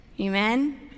Amen